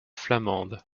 flamande